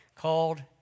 called